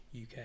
UK